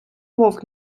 вовк